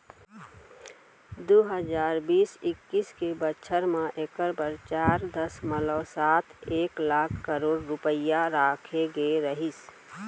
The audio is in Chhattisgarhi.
दू हजार बीस इक्कीस के बछर म एकर बर चार दसमलव सात एक लाख करोड़ रूपया राखे गे रहिस